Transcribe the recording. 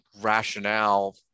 rationale